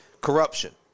Corruption